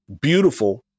beautiful